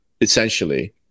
essentially